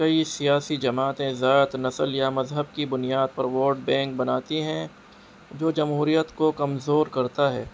کئی سیاسی جماعتیں ذات نسل یا مذہب کی بنیاد پر ووٹ بینک بناتی ہیں جو جمہوریت کو کمزور کرتا ہے